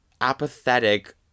apathetic